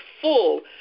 full